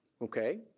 Okay